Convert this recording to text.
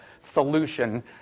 solution